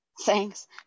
Thanks